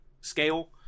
scale